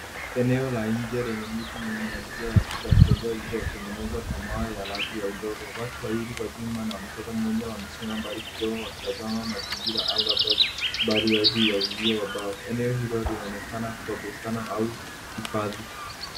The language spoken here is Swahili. Eneo la nje lenye miti mingi na njia za kutembea zilizo tengenezwa kwa mawe ya rangi ya udongo. Watu wawili wazima na mtoto mmoja wamesimama mbali kidogo wakitazama mazingira au labda mandhari ya uzio wa mbao. Eneo hilo linaonekana kuwa bustani au hifadhi.